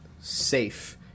safe